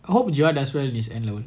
I hope jihad does well in his N-level